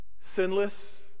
Sinless